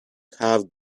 have